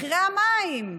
מחירי המים,